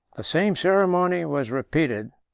the same ceremony was repeated,